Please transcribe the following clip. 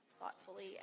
thoughtfully